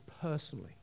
personally